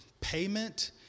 payment